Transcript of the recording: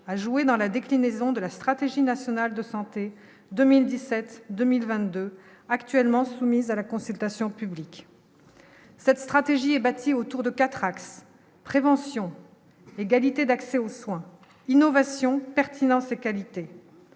à jouer dans la déclinaison de la stratégie nationale de santé 2017, 2022 actuellement soumises à la consultation publique. Cette stratégie est bâti autour de 4 axes : prévention, égalité d'accès aux soins innovation pertinence ses qualité